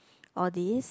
all this